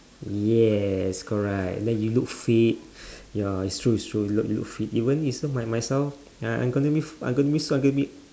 yes correct then you look fit ya it's true it's true you look you look fit even is still by myself and I I'm gonna be f~ I'm gonna be suddenly